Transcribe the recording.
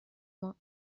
vingts